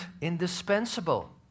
indispensable